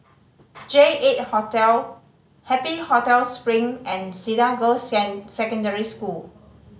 J Eight Hotel Happy Hotel Spring and Cedar Girls' Secondary School